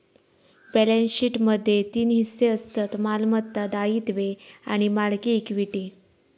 balance शीटमध्ये तीन हिस्से असतत मालमत्ता, दायित्वे आणि मालकी इक्विटी